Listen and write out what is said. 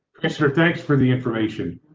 thanks for thanks for the information.